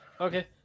Okay